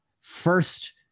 first